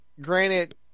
Granted